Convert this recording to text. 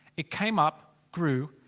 it came up. grew.